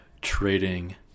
trading